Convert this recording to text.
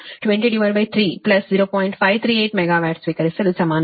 538 megawatt ಸ್ವೀಕರಿಸಲು ಸಮಾನವಾಗಿರುತ್ತದೆ